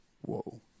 Whoa